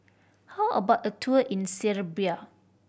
how about a tour in Serbia